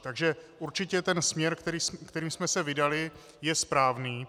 Takže určitě ten směr, kterým jsme se vydali, je správný.